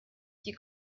die